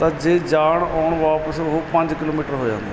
ਪਰ ਜੇ ਜਾਣ ਆਉਣ ਵਾਪਸ ਉਹ ਪੰਜ ਕਿਲੋਮੀਟਰ ਹੋ ਜਾਂਦਾ